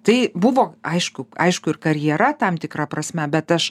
tai buvo aišku aišku ir karjera tam tikra prasme bet aš